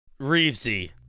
Reevesy